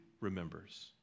remembers